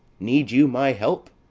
need you my help?